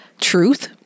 truth